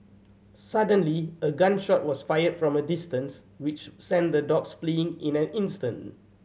suddenly a gun shot was fired from a distance which sent the dogs fleeing in an instant